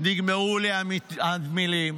נגמרו לי המילים.